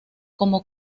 como